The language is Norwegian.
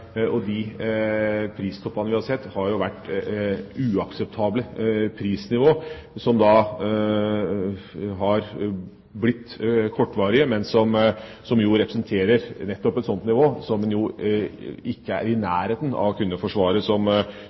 De pristoppene vi har sett, har vært uakseptable prisnivåer. De har vært kortvarige, men de representerer nettopp et slikt nivå som en ikke er i nærheten av å kunne forsvare som